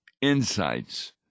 insights